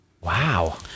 Wow